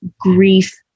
grief